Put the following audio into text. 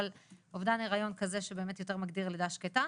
אבל אובדן היריון כזה שבאמת יותר מגדיר לידה שקטה,